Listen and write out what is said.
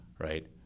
right